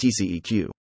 TCEQ